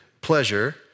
pleasure